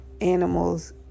animals